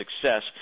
success